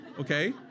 okay